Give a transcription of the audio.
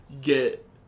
get